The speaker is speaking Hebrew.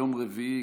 יום רביעי,